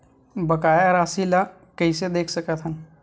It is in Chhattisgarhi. बकाया राशि ला कइसे देख सकत हान?